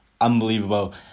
unbelievable